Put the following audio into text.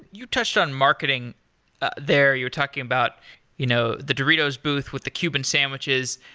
you touched on marketing there. you were talking about you know the doritos booth with the cuban sandwiches.